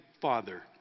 father